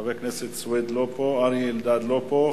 חבר הכנסת סוייד לא פה, אריה אלדד לא פה.